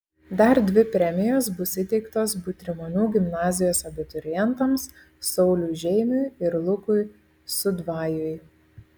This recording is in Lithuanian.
dar dvi premijos bus įteiktos butrimonių gimnazijos abiturientams sauliui žeimiui ir lukui sudvajui